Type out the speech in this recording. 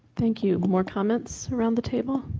thank you. more comments around the table?